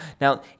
Now